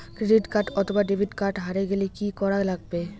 Credit card অথবা debit card হারে গেলে কি করা লাগবে?